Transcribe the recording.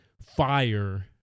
fire